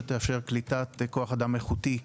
שתאפשר קליטת כוח אדם איכותי ברשויות,